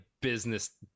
business